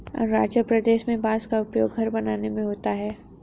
अरुणाचल प्रदेश में बांस का उपयोग घर बनाने में होता है